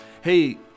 Hey